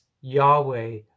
Yahweh